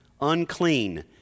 unclean